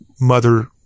mother